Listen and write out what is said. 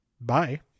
bye